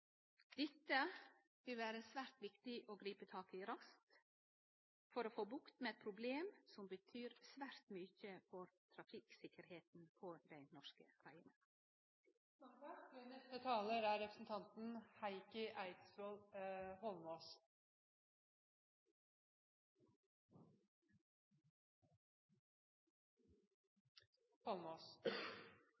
Dette vil vere svært viktig å gripe tak i raskt, for å få bukt med eit problem som betyr svært mykje for trafikksikkerheita på dei norske vegane.